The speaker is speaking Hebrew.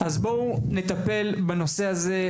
אז בואו נטפל בנושא הזה,